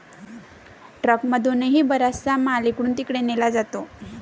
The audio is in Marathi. ट्रकमधूनही बराचसा माल इकडून तिकडे नेला जातो